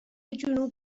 جنوب